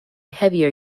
heavier